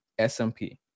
SMP